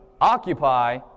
occupy